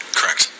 Correct